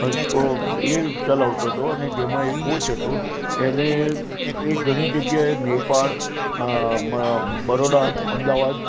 એ ચલાવતો હતો અને જેમાં એ કોચ હતો એને એ ઘણી જગ્યાએ નેપાળ બરોડા અમદાવાદ